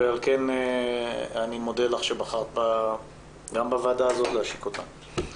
ועל כן אני מודה לך שבחרת גם בוועדה הזאת להשיק אותה.